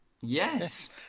Yes